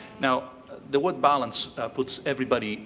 now the word balance puts everybody